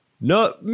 No